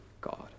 God